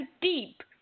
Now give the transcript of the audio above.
deep